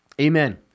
Amen